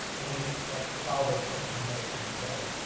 and we and follow those characters and how they come together.